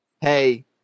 Hey